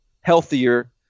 healthier